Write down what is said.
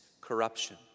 corruption